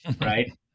Right